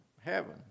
heaven